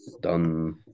done